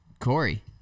Corey